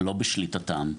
שלא בשליטתם.